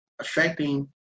Affecting